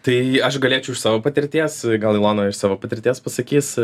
tai aš galėčiau iš savo patirties gal ilona iš savo patirties pasakys